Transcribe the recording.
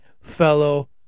fellow